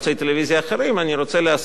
ואני רוצה להזכיר לכבוד השר,